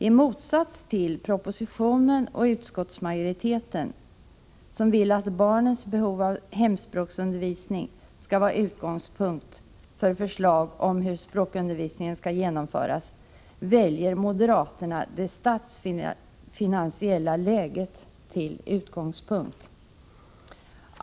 I motsats till propositionen och utskottsmajoriteten, som vill att förslag om hur språkundervisningen skall genomföras skall utgå från barnens behov av hemspråksundervisning, väljer moderaterna det statsfinansiella läget till utgångspunkt.